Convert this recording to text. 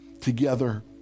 together